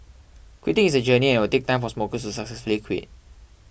quitting is a journey and it will take time for smokers to successfully quit